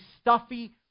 stuffy